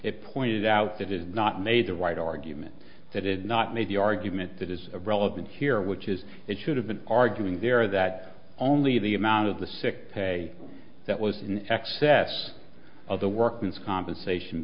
it pointed out that is not made the right argument that had not made the argument that is relevant here which is it should have been arguing there that only the amount of the sick pay that was in excess of the workman's compensation